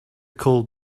cold